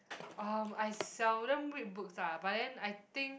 um I seldom read books lah but then I think